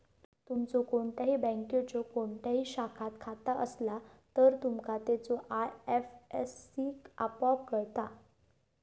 तुमचो कोणत्याही बँकेच्यो कोणत्याही शाखात खाता असला तर, तुमका त्याचो आय.एफ.एस.सी आपोआप कळता